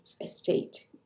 estate